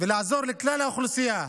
ולעזור לכלל האוכלוסייה,